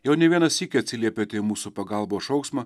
jau ne vieną sykį atsiliepiate į mūsų pagalbos šauksmą